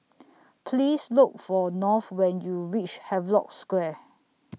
Please Look For North when YOU REACH Havelock Square